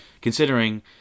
considering